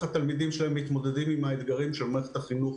התלמידים שלהם מתמודדים עם האתגרים של מערכת החינוך